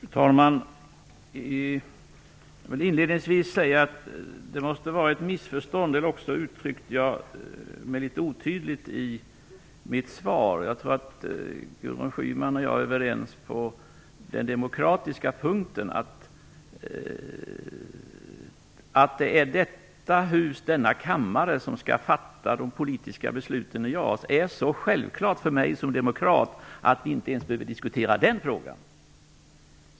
Fru talman! Jag vill inledningsvis säga att det måste vara ett missförstånd här eller också uttryckte mig litet otydligt i mitt svar. Jag tror att Gudrun Schyman och jag är överens när det gäller den demokratiska punkten. Det är i denna kammare som de politiska besluten om JAS skall fattas. Det är så självklart för mig som demokrat att vi inte ens behöver diskutera den frågan.